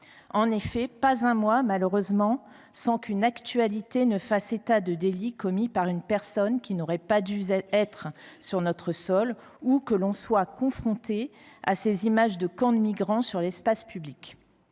En effet, pas un mois, malheureusement, sans que l’actualité fasse état de délits commis par une personne qui n’aurait pas dû être sur notre sol ou que l’on soit confronté à ces images de camps de migrants sur l’espace public.